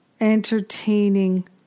entertaining